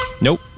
Nope